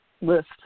list